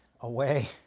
away